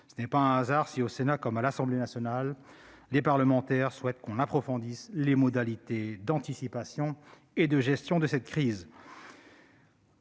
Ce n'est pas un hasard si, au Sénat comme à l'Assemblée nationale, les parlementaires souhaitent que l'on approfondisse les modalités d'anticipation et de gestion de la crise.